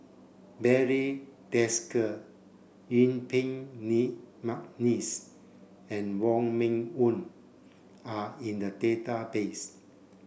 Barry Desker Yuen Peng McNeice and Wong Meng Voon are in the database